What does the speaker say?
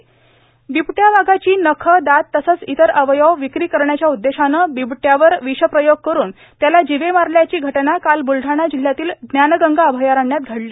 बिबट्या विष बिबट्या वाघाची नखे दात तसेच इतरअवयव विक्री करण्याच्या उद्देशाने बिबट्या वाघावर विषप्रयोग करून त्यास जिवे मारल्याची घटना काल ब्लडाणा जिल्ह्यातील ज्ञानगंगा अभयारण्यात घडली